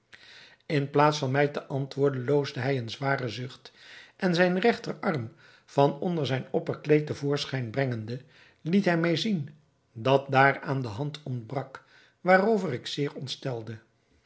in plaats van mij te antwoorden loosde hij een zwaren zucht en zijn regterarm van onder zijn opperkleed te voorschijn brengende liet hij mij zien dat daaraan de hand ontbrak waarover ik zeer ontstelde